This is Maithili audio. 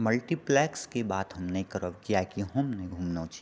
मल्टीप्लैक्सके बात हम नहि करब किआकि हम नहि घुमलहुँ छी